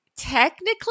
technically